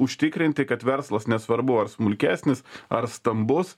užtikrinti kad verslas nesvarbu ar smulkesnis ar stambus